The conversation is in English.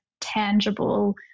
tangible